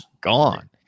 gone